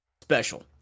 special